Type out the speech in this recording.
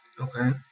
Okay